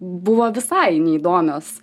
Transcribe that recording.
buvo visai neįdomios